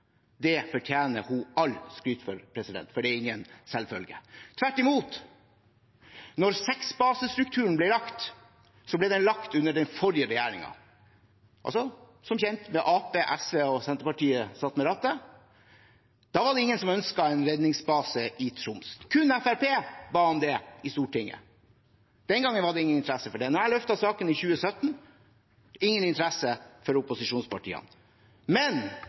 Det fortjener hun all skryt for, for det er ingen selvfølge – tvert imot. Seksbasestrukturen ble lagt under den forrige regjeringen, da, som kjent, Arbeiderpartiet, SV og Senterpartiet satt ved rattet. Da var det ingen som ønsket en redningsbase i Troms. Kun Fremskrittspartiet ba om det i Stortinget. Den gangen var det ingen interesse for det. Da jeg løftet saken i 2017, var det ingen interesse fra opposisjonspartiene. Men